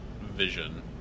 Vision